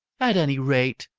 at any rate,